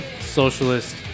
socialist